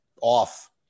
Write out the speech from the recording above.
off